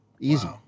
easy